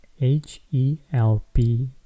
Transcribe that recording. H-E-L-P